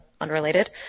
unrelated